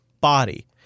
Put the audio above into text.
body